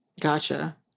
Gotcha